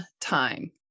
time